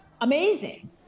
Amazing